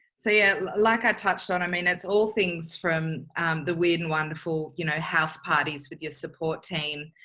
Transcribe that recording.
so yeah, like i touched on, i mean, it's all things from the weird and wonderful, you know, house parties with your support team,